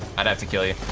i'd have to kill you.